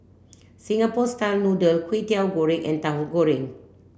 Singapore style noodle Kwetiau Goreng and Tahu Goreng